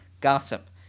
gossip